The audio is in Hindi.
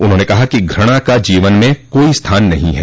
उन्होंने कहा कि घूणा का जीवन में कोई स्थान नहीं है